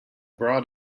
broad